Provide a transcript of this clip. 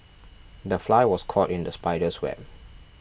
the fly was caught in the spider's web